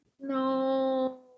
No